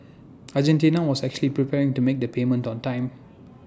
Argentina was actually preparing to make the payment on time